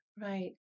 Right